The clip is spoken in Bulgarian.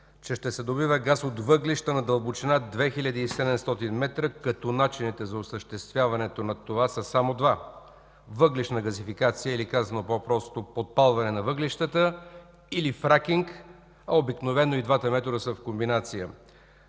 че ще се добива газ от въглища на дълбочина 2700 м, като начините за осъществяването на това са само два: въглищна газификация, или казано по-просто: подпалване на въглищата, или фракинг, а обикновено и двата метода са в комбинация.